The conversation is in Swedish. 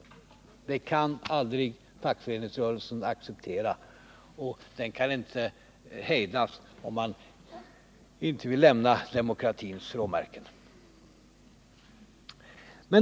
Fackföreningsrörelsen kan aldrig acceptera en utveckling av det här slaget, och fackföreningsrörelsen står inte att hejda härvidlag, om man inte vill gå utanför den fria demokratins råmärken.